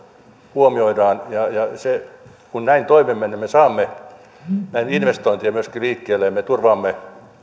huomioidaan ja ja kun näin toimimme niin me saamme investointeja myöskin liikkeelle ja turvaamme